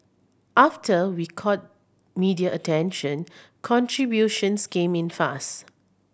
after we caught media attention contributions came in fast